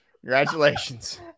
Congratulations